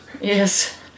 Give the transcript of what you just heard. Yes